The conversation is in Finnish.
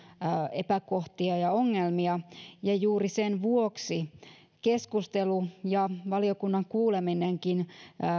epäkohtia ja ongelmia ja juuri sen vuoksi keskustelu ja valiokunnan kuuleminenkaan